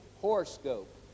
horoscope